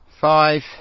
Five